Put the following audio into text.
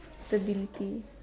ability